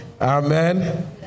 Amen